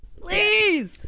Please